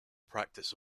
practice